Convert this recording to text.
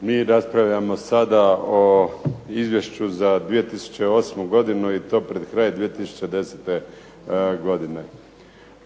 Mi raspravljamo sada o izvješću za 2008. godinu i to pred kraj 2010. godine.